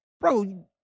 bro